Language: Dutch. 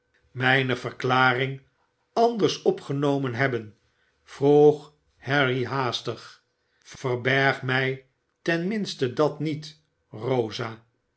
mijne verklaring anders opgenomen hebben vroeg harry haastig verberg mij ten minste dat niet rosa